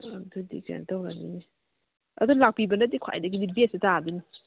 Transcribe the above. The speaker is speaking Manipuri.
ꯑꯗꯨꯗꯤ ꯀꯩꯅꯣ ꯇꯧꯔꯅꯤꯅꯦ ꯑꯗꯣ ꯂꯥꯛꯄꯤꯕꯅꯗꯤ ꯈ꯭ꯋꯥꯏꯗꯒꯤꯗꯤ ꯕꯦꯁꯇꯤ ꯇꯥꯗꯣꯏꯅꯤ